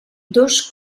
dos